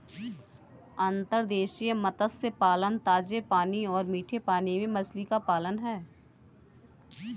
अंतर्देशीय मत्स्य पालन ताजे पानी और मीठे पानी में मछली का पालन है